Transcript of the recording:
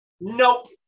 Nope